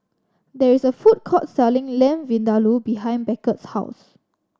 there is a food court selling Lamb Vindaloo behind Beckett's house